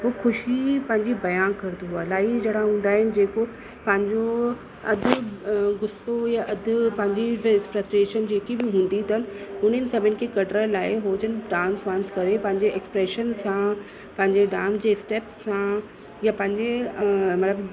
हू ख़ुशी पंहिंजी बयां कंदो आहे इलाही ॼणा हूंदा आहिनि जेको पंहिंजो अधु गुस्सो या अधु पंहिंजी फ़रस्ट्रेशन जेकी बि हूंदी अथनि उन्हनि सभिनी खे कढण लाइ उहो जिनि डांस वांस करे पंहिंजे एक्स्प्रेशन सां पंहिंजे डांस जे स्टेप्स सां या पंहिंजे मतलबु